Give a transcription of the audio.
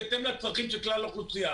בהתאם לצרכים של כלל האוכלוסייה.